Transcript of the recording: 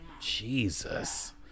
Jesus